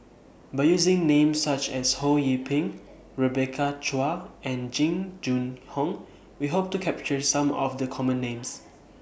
By using Names such as Ho Yee Ping Rebecca Chua and Jing Jun Hong We Hope to capture Some of The Common Names